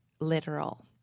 literal